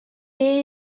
gehe